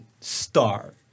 star